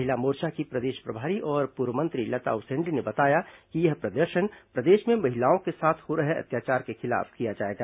महिला मोर्चा की प्रदेश प्रभारी और पूर्व मंत्री लता उसेंडी ने बताया कि यह प्रदर्शन प्रदेश में महिलाओं के साथ हो रहे अत्याचार के खिलाफ किया जाएगा